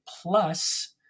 plus